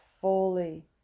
fully